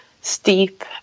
steep